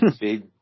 Big